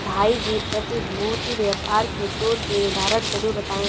भाई जी प्रतिभूति व्यापार के दो तीन उदाहरण जरूर बताएं?